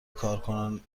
کارکنان